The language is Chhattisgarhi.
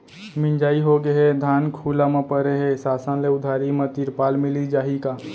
मिंजाई होगे हे, धान खुला म परे हे, शासन ले उधारी म तिरपाल मिलिस जाही का?